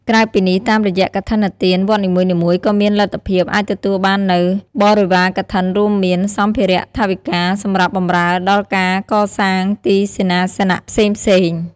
ក្រៅពីនេះ តាមរយៈកឋិនទាន វត្តនីមួយៗ ក៏មានលទ្ធភាពអាចទទួលបាននូវ បរិវារកឋិនរួមមាន សម្ភារថវិកា សម្រាប់បម្រើដល់ការកសាងទីសេនាសនៈផ្សេងៗ។